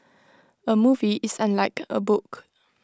A movie is unlike A book